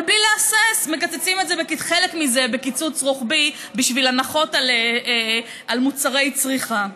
אבל בלי להסס מקצצים חלק מזה בקיצוץ רוחבי בשביל הנחות על מוצרי צריכה.